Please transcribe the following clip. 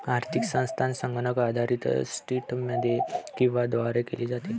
आर्थिक संस्था संगणक आधारित सिस्टममध्ये किंवा त्याद्वारे केली जाते